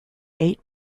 eight